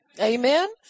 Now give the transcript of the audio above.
Amen